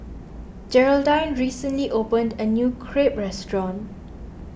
Gearldine recently opened a new Crepe restaurant